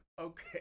Okay